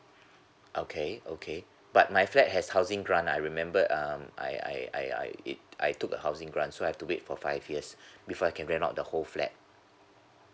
okay okay but my flat has housing grant I remember um I I I I I took a housing grant so I have to wait for five years before I can rent out the whole flat